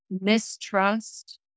mistrust